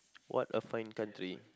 what a fine country